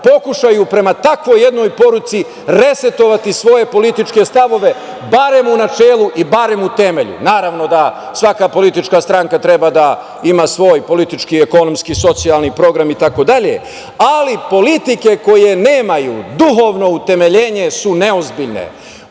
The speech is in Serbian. pokušaju prema takvoj jednoj poruci resetovati svoje političke stavove, barem u načelu i barem u temelju. Naravno da svaka politička stranka treba da ima svoj politički, ekonomski i socijalni program itd, ali politike koje nemaju duhovno utemeljenje su neozbiljne,